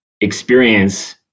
experience